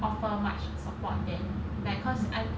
offer much support then like cause I